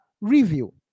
review